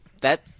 that-